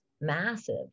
massive